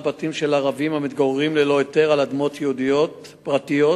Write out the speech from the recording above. בתמוז התשס"ט (1 ביולי 2009):